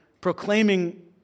proclaiming